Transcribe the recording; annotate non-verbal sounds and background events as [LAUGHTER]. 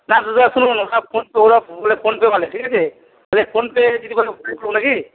না দাদা শুনুন ওরা ফোনপে করে ঠিক আছে ওদের ফোনপে [UNINTELLIGIBLE] নাকি